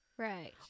Right